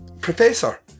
professor